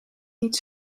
niet